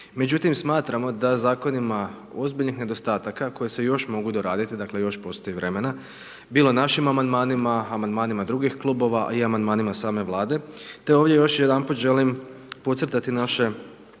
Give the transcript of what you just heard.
Međutim smatramo da zakon ima ozbiljnih nedostataka koji se još mogu doraditi dakle, još postoji vremena bilo našim amandmanima, amandmanima drugih klubova i amandmanima same Vlade. Te ovdje još jedanput želim podcrtati naše